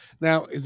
now